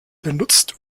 benutzt